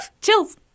Chills